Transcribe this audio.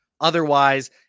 Otherwise